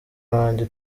banjye